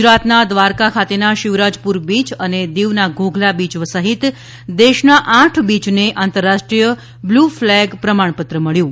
ગુજરાતના દ્વારકા ખાતેના શિવરાજપુર બીચ અને દીવના ઘોઘલા બીચ સહિત દેશના આઠ બીચને આંતરરાષ્ટ્રીય બ્લુ ફલેગ પ્રમાણપત્ર મબ્યુ છે